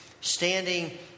standing